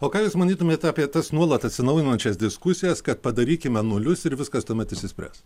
o ką jūs manytumėt apie tas nuolat atsinaujinančias diskusijas kad padarykime nulius ir viskas tuomet išsispręs